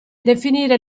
definire